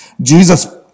Jesus